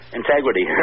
integrity